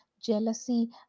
jealousy